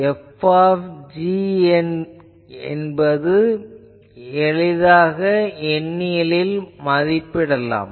F என்பதை எளிதாக எண்ணியலில் மதிப்பிடலாம்